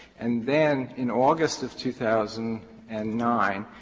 and then in august of two thousand and nine,